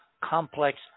complex